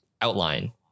outline